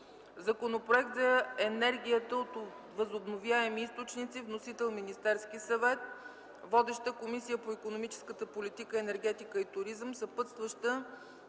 Законопроект за енергията от възобновяеми източници. Вносител: Министерският съвет. Водеща е Комисията по икономическата политика, енергетика и туризъм. Разпределен